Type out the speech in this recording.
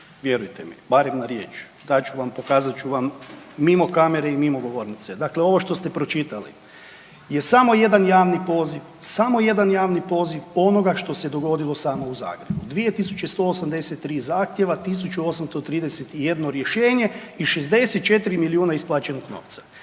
vjerujte mi barem na riječ dat ću vam, pokazat ću vam mimo kamere i mimo govornice. Dakle, ovo što ste pročitali je samo jedan javni poziv, samo jedan javni poziv onoga što se dogodilo samo u Zagrebu. 2183 zahtjeva, 1831 rješenje i 64 milijuna isplaćenog novca